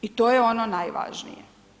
I to je ono najvažnije.